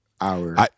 hours